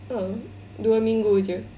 um dua minggu saja